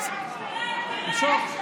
למשוך?